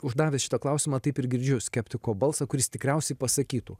uždavęs šitą klausimą taip ir girdžiu skeptiko balsą kuris tikriausiai pasakytų